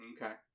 Okay